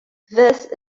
this